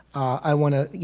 i want to, you